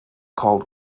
called